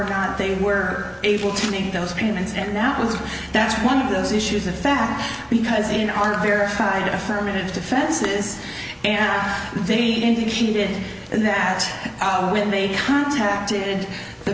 not they were able to make those payments and that was that's one of those issues of fact because in our verified affirmative defenses and i think she did that when they contacted the